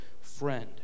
friend